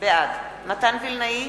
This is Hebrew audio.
בעד מתן וילנאי,